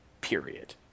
Period